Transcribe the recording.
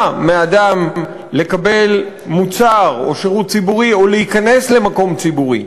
מאדם לקבל מוצר או שירות ציבורי או להיכנס למקום ציבורי,